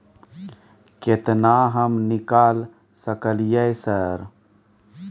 केतना हम निकाल सकलियै सर?